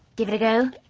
give it it a